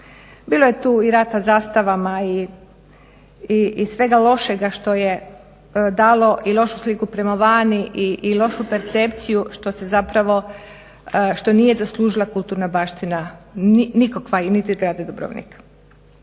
Bila je tu i rata zastavama i svega lošega što je dalo i lošu sliku prema van i lošu percepciju što se zapravo, što nije zaslužila kulturna baština nikakva i niti grada Dubrovnika.